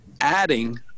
adding